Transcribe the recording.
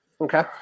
Okay